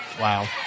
Wow